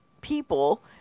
people